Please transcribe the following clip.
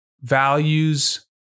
values